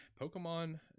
Pokemon